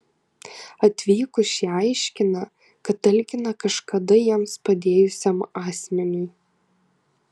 atvykus šie aiškina kad talkina kažkada jiems padėjusiam asmeniui